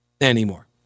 anymore